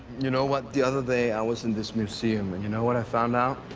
you know what, the other day i was in this museum. and you know what i found out?